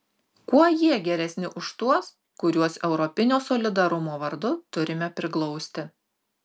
kuo jie geresni už tuos kuriuos europinio solidarumo vardu turime priglausti